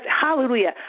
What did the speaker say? hallelujah